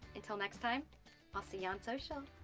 until next time i'll see you on social,